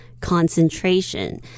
Concentration